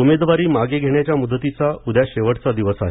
उमेदवारी मागे घेण्याच्या मुदतीचा उद्या शेवटचा दिवस आहे